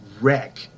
wreck